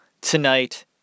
tonight